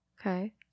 okay